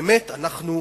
באמת אנחנו